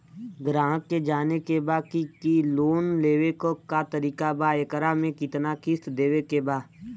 ग्राहक के जाने के बा की की लोन लेवे क का तरीका बा एकरा में कितना किस्त देवे के बा?